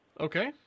Okay